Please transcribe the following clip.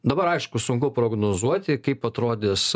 dabar aišku sunku prognozuoti kaip atrodys